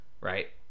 right